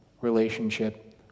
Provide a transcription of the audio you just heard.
relationship